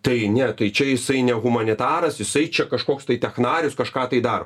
tai ne tai čia jisai ne humanitaras jisai čia kažkoks tai technarius kažką tai daro